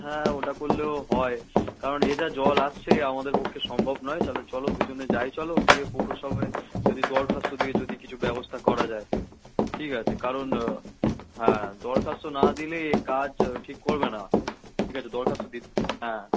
হ্যাঁ ওটা করলেও হয় কারণ এ যা জল আসছে আমাদের পক্ষে সম্ভব নয় চালে চলো দুজনে যাই চলো গিয়ে পৌরসভায় যদি দরখাস্ত দিয়ে যদি কিছু ব্যবস্তা করা যায় ঠিক আছে কারণ হ্যাঁ দরখাস্ত না দিলেই এ কাজ ঠিক করবে না ঠিক আছে দরখাস্ত দিই হ্যাঁ